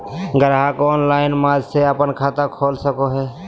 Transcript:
ग्राहक ऑनलाइन माध्यम से अपन खाता खोल सको हइ